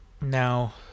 Now